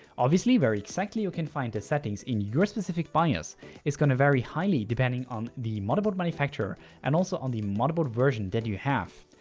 obviously where exactly you can find the settings in your specific bios it's gonna very highly depending on the motherboard manufacturer and also on the motherboard version that you have.